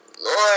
lord